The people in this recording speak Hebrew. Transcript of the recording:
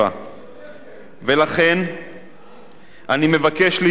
ולכן אני מבקש לדחות את ההסתייגות